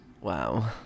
Wow